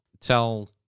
tell